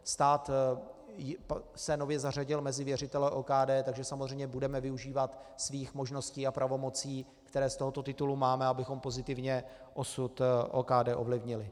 Stát se nově zařadil mezi věřitele OKD, takže samozřejmě budeme využívat svých možností a pravomocí, které z tohoto titulu máme, abychom pozitivně osud OKD ovlivnili.